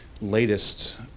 latest